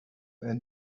and